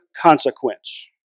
consequence